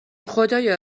خدایا